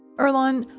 earlonne,